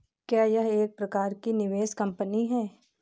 क्या यह एक प्रकार की निवेश कंपनी है?